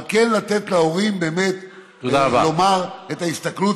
אבל כן לתת להורים לומר מה ההסתכלות